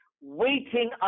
Waiting